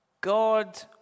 God